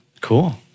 Cool